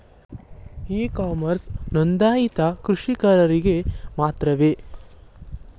E commerce ನೊಂದಾಯಿತ ಕೃಷಿಕರಿಗೆ ಮಾತ್ರವೇ?